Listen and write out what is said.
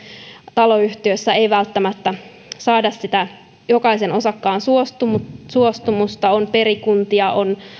taloyhtiössä ei välttämättä saada sitä jokaisen osakkaan suostumusta suostumusta on perikuntia on